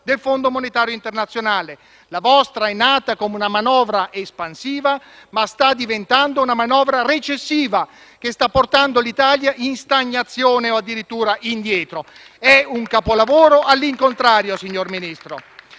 del Fondo monetario internazionale: la vostra è nata come una manovra espansiva, ma sta diventando una manovra recessiva che sta portando l'Italia in stagnazione o addirittura indietro. È un capolavoro all'incontrario, signor